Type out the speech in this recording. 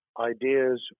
ideas